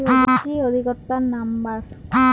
কৃষি অধিকর্তার নাম্বার?